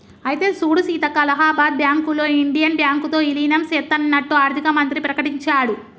అయితే సూడు సీతక్క అలహాబాద్ బ్యాంకులో ఇండియన్ బ్యాంకు తో ఇలీనం సేత్తన్నట్టు ఆర్థిక మంత్రి ప్రకటించాడు